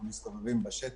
אנחנו מסתובבים בשטח.